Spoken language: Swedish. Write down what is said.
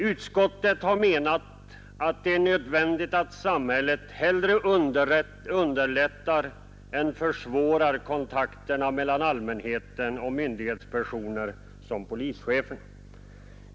Utskottet har menat att det är nödvändigt att samhället hellre underlättar än försvårar kontakterna mellan allmänheten och myndighetspersoner, såsom polischefer.